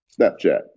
Snapchat